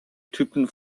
typen